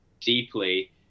deeply